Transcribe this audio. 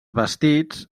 vestits